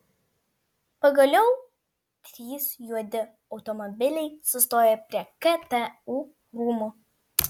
pagaliau trys juodi automobiliai sustojo prie ktu rūmų